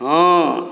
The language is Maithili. हँ